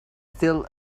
still